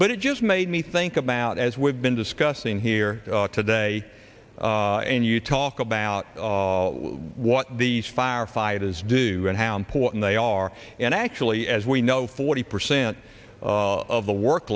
but it just made me think about as we've been discussing here today and you talk about what these firefighters do and how important they are and actually as we know forty percent of the work